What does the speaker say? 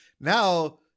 Now